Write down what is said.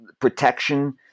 protection